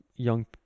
young